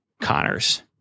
Connors